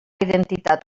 identitat